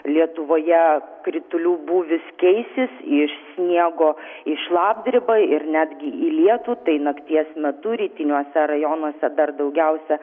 lietuvoje kritulių būvis keisis iš sniego į šlapdribą ir netgi į lietų tai nakties metu rytiniuose rajonuose dar daugiausia